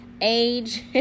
age